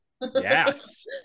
yes